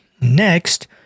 Next